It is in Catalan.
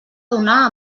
donar